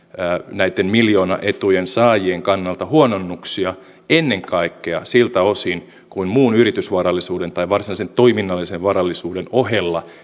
näitten miljoonaetujen saajien kannalta huononnuksia ennen kaikkea siltä osin kuin muun yritysvarallisuuden tai varsinaisen toiminnallisen varallisuuden ohella